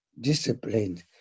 disciplined